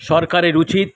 সরকারের উচিত